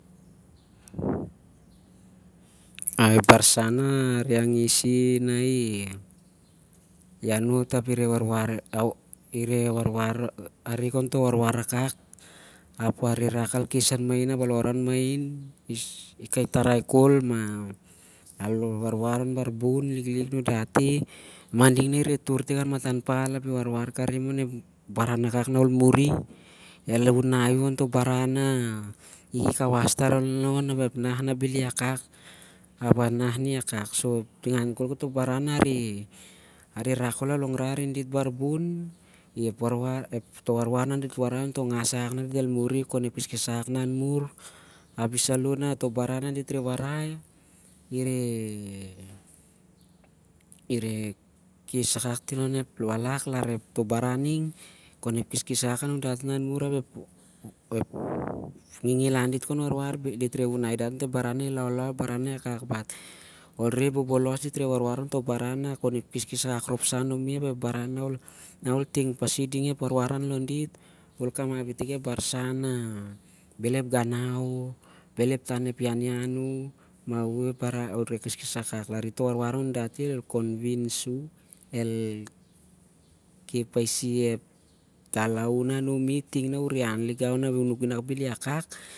Ap ep barsan na areh angis na ireh anoit api reh warwar ontoh warwar akak apa reh rak al khes mahin ap al warwar mahin i- kai- tarai khol bar bun liklik anun dati. e mading na- el- unai u- on- toh baran na- i- ki- was tar- on- ap- nah- na- bhel i wakak ap a nah na i wawak. So ningan khol toh baran nah- reh rak khol khon longrai arin dit bar bun toh warwar nah khon kes akak an mur. Api- saloh nah ep sah nah dit warai i- reh khes akak ting lon ep balak. Ap ep ngingilan dit khon warwar ol reh bolbolos dit el warwar onep khes akak anumi nah- an mur. Na ol khep pasi iding toh warwar an lon dit- bhel ol kamap itik ep ganau o- mah ol kheskhes akak ting an lakman